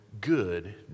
good